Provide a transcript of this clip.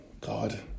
God